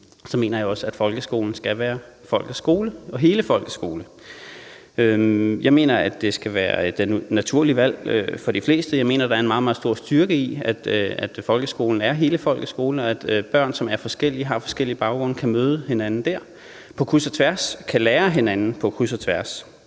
mener jeg også, at folkeskolen skal være folkets skole og hele folkets skole. Jeg mener, at det skal være det naturlige valg for de fleste. Jeg mener, der er en meget, meget stor styrke i, at folkeskolen er hele folkets skole, og at børn, som er forskellige og har forskellig baggrund, kan møde hinanden dér på kryds og tværs, kan lære af hinanden på kryds og tværs.